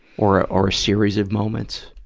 or a, or a series of moments?